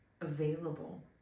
available